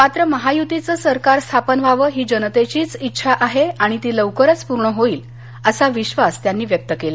मात्र महायुतीचं सरकार स्थापन व्हावं ही जनतेचीच इच्छा आहे आणि ती लवकरच पूर्ण होईल असं विश्वास त्यांनी व्यक्त केला